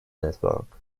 network